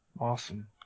Awesome